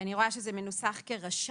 אני רואה שזה מנוסח כרשאי.